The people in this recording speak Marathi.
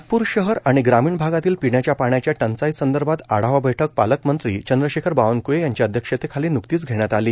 नागप्र शहर आणि ग्रामीण भागातील पिण्याच्या पाण्याच्या टंचाई संदर्भात आढावा बैठक पालकमंत्री चंद्रशेखर बावनकृळे यांच्या अध्यक्षतेखाली न्कतीच घेण्यात आली